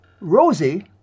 Rosie